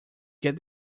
get